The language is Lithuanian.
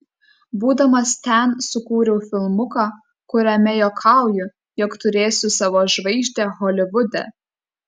būdamas ten sukūriau filmuką kuriame juokauju jog turėsiu savo žvaigždę holivude